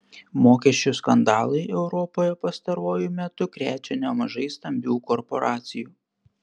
mokesčių skandalai europoje pastaruoju metu krečia nemažai stambių korporacijų